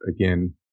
again